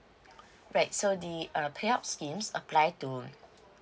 right so the uh pay up schemes apply to